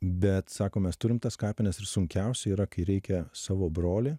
bet sako mes turim tas kapines ir sunkiausia yra kai reikia savo brolį